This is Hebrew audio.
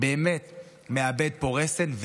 הוא באמת מאבד פה רסן,